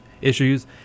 issues